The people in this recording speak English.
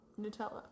Nutella